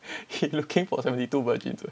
he looking for seventy two virgins ah